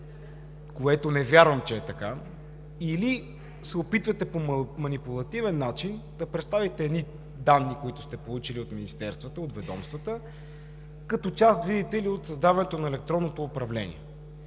което не вярвам, че е така, или се опитвате по манипулативен начин да представите едни данни, които сте получили от министерствата, от ведомствата, видите ли, като част от създаването на електронното управление,